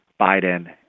biden